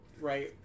Right